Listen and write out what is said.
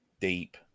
deep